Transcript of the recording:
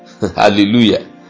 Hallelujah